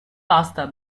pasta